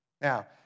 Now